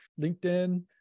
LinkedIn